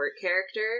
character